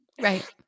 Right